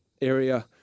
area